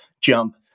jump